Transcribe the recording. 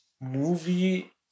movie